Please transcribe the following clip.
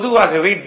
பொதுவாகவே டி